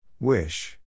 Wish